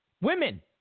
Women